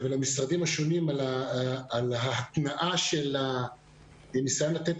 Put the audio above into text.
ולמשרדים השונים על ההתנעה והניסיון לתת